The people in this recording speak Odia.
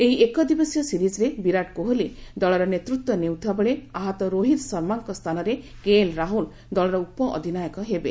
ଏହି ଏକଦିବସୀୟ ସିରିଜରେ ବିରାଟ କୋହଲି ଦଳର ନେତୃତ୍ୱ ନେଉଥିବାବେଳେ ଆହତ ରୋହିତ ଶର୍ମାଙ୍କ ସ୍ଥାନରେ କେଏଲ୍ ରାହୁଲ ଦଳର ଉପଅଧିନାୟକ ହେବେ